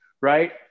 Right